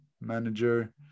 manager